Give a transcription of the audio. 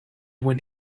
when